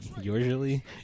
usually